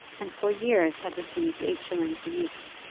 and for years had received eight shillings a week,